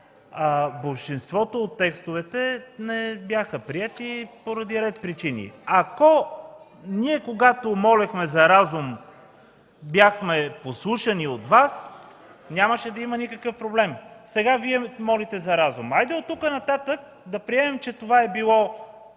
Болшинството от текстовете не бяха приети поради ред причини. Когато ние молехме за разум, ако бяхме послушани от Вас, нямаше да има никакъв проблем. Сега Вие молите за разум. Хайде оттук нататък да приемем, че това е било